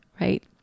right